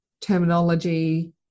terminology